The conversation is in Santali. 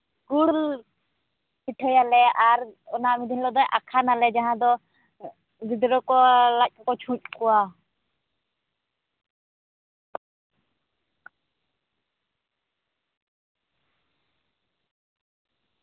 ᱜᱩᱲ ᱯᱤᱴᱷᱟᱹᱭᱟᱞᱮ ᱟᱨ ᱚᱱᱟ ᱫᱤᱱ ᱦᱤᱞᱳᱜ ᱫᱚ ᱟᱠᱷᱟᱱᱟᱞᱮ ᱡᱟᱦᱟᱸ ᱫᱚ ᱜᱤᱫᱽᱨᱟᱹ ᱠᱚ ᱞᱟᱡ ᱠᱚᱠᱚ ᱪᱷᱩᱸᱪ ᱠᱚᱣᱟ